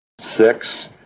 six